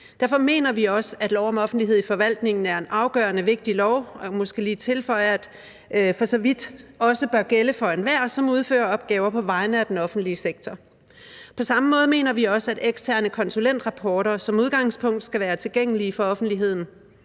Derfor mener vi også, at lov om offentlighed i forvaltningen er en afgørende vigtig lov, og jeg kan måske lige tilføje, at det for så vidt også bør gælde for enhver, som udfører opgaver på vegne af den offentlige sektor. På samme måde mener vi også, at eksterne konsulentrapporter som udgangspunkt skal være tilgængelige for offentligheden,